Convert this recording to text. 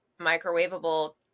microwavable